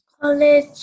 College